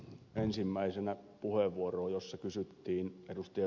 ensimmäisenä puheenvuoroon jossa kysyttiin ed